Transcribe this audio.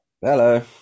Hello